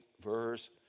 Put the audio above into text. verse